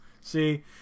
See